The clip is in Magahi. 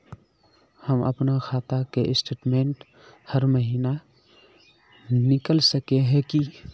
हम अपना खाता के स्टेटमेंट हर महीना निकल सके है की?